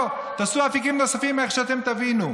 לא, תעשו אפיקים נוספים איך שאתם תבינו.